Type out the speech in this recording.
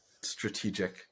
strategic